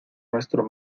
nuestro